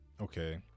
okay